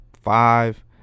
Five